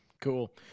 Cool